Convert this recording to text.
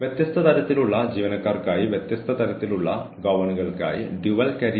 അതായത് ജീവനക്കാർക്ക് തുടർച്ചയായ ഫീഡ്ബാക്ക് നൽകണം അവർ എന്താണ് ചെയ്യേണ്ടതെന്ന് പതിവായി പറയണം